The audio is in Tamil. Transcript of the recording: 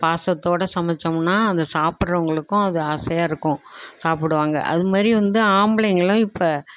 பாசத்தோடு சமைத்தோம்னா அதை சாப்பிடுறவங்களுக்கும் அது ஆசையாக இருக்கும் சாப்பிடுவாங்க அதுமாதிரி வந்து ஆம்பளைங்களும் இப்போ